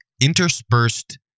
interspersed